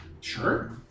Sure